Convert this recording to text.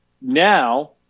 now